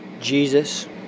Jesus